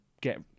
get